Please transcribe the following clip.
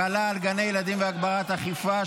החלה על גני ילדים והגברת האכיפה),